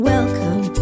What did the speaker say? Welcome